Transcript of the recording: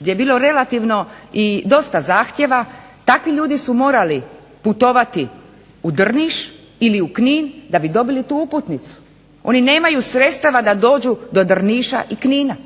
gdje je bilo relativno i dosta zahtjeva, takvi ljudi su morali putovati u Drniš ili u Knin da bi dobili tu uputnicu. Oni nemaju sredstava da dođu do Drniša i Knina